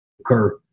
occur